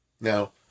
Now